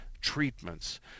treatments